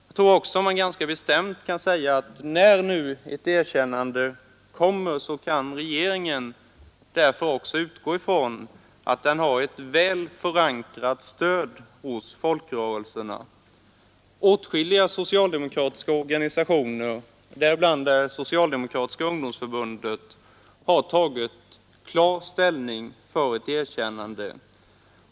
Jag tror också att man ganska bestämt kan säga att när nu ett erkännande kommer, kan regeringen därför utgå från att det har ett väl förankrat stöd hos folkrörelserna. Åtskilliga socialdemokratiska organisationer, däribland Socialdemokratiska ungdomsförbundet, har tagit klar ställning för ett erkännande.